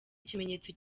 ikimenyetso